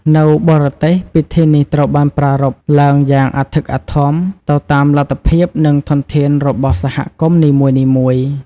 នៅបរទេស ពិធីនេះត្រូវបានប្រារព្ធឡើងយ៉ាងអធិកអធម ទៅតាមលទ្ធភាព និងធនធានរបស់សហគមន៍នីមួយៗ។